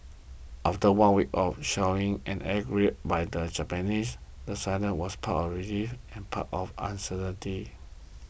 after one week of shelling and air raids by the Japanese the silence was part relief and part of uncertainty